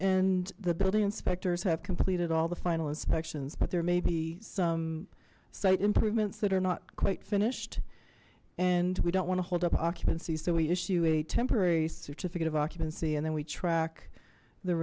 and the building inspectors have completed all the final inspections but there may be some site improvements that are not quite finished and we don't want to hold up occupancy so we issue a temporary certificate of occupancy and then we track the